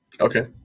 Okay